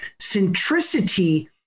centricity